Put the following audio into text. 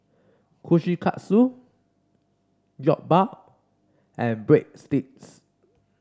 Kushikatsu Jokbal and Breadsticks